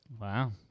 Wow